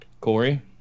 Corey